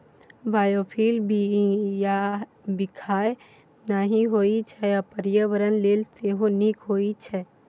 biofuel बिखाह नहि होइ छै आ पर्यावरण लेल सेहो नीक होइ छै